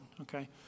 okay